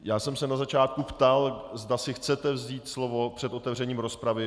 Já jsem se na začátku ptal, zda si chcete vzít slovo před otevřením rozpravy.